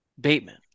Bateman